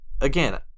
again